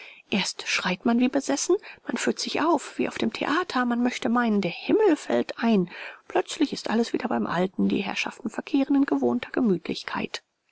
erst schreit man wie besessen man führt sich auf wie auf dem theater man möchte meinen der himmel fällt ein plötzlich ist alles wieder beim alten die herrschaften verkehren in gewohnter gemütlichkeit